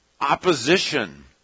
opposition